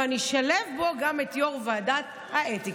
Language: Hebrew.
ואני אשלב בו גם את יו"ר ועדת האתיקה.